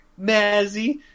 Mazzy